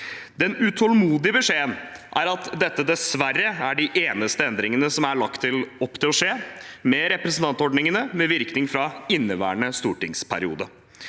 Den utålmodige beskjeden er at dette dessverre er de eneste endringene som er lagt opp til å skje med representantordningene med virkning fra inneværende stortingsperiode.